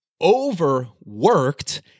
overworked